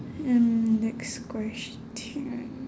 um next question